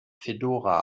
fedora